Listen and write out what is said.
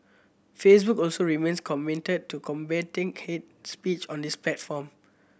Facebook also remains committed to combating hate speech on its platform